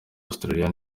australia